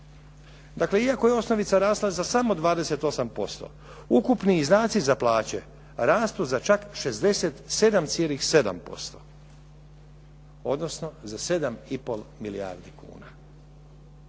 Dakle, iako je osnovica rasla za samo 28% ukupni izdaci za plaće rastu za čak 67,7% odnosno za 7,5 milijardi kuna.